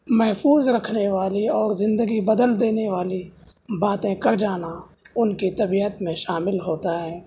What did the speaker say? محفوظ رکھنے والی اور زندگی بدل دینے والی باتیں کر جانا ان کی طبیعت میں شامل ہوتا ہے